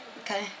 Okay